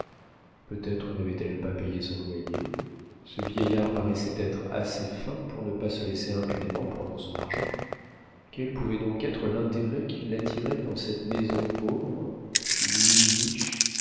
peut-être n'avait-elle pas payé son loyer ce vieillard paraissait être assez fin pour ne pas se laisser impunément prendre son argent quel pouvait donc être l'intérêt qui l'attirait dans cette maison pauvre lui riche